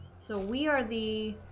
so we are the